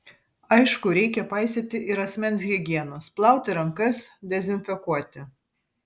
aišku reikia paisyti ir asmens higienos plauti rankas dezinfekuoti